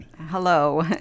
Hello